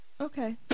Okay